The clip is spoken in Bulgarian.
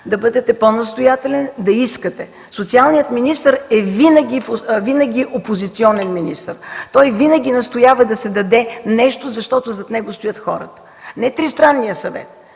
да бъдете по-настоятелен, да искате. Социалният министър е винаги опозиционен, той винаги настоява да се даде нещо, защото зад него стоят хората. Не Тристранния съвет,